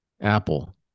Apple